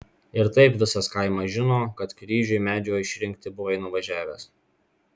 ir taip visas kaimas žino kad kryžiui medžio išrinkti buvai nuvažiavęs